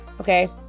Okay